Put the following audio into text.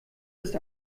ist